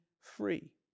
free